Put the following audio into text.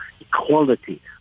equality